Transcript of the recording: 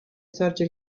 sorge